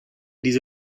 diese